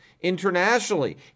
internationally